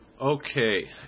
Okay